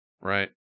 Right